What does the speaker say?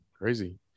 Crazy